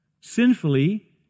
Sinfully